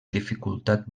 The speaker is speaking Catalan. dificultat